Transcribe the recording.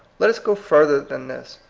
let us go further than this.